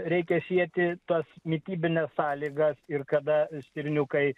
reikia sieti tas mitybines sąlygas ir kada stirniukai